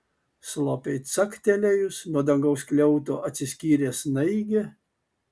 slopiai caktelėjus nuo dangaus skliauto atsiskyrė snaigė